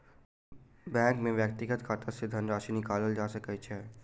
bank में व्यक्तिक खाता सॅ धनराशि निकालल जा सकै छै